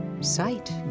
Sight